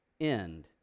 end